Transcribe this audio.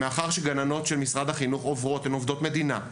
מאחר שגננות של משרד החינוך הן עובדות מדינה,